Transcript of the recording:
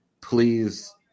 please